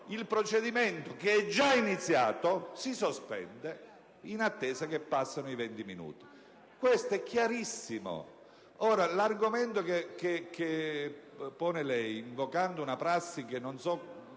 il procedimento, che è già iniziato, si sospende, in attesa che passino i 20 minuti. Questo è chiarissimo. L'argomento che lei pone invocando una prassi - che non so